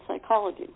psychology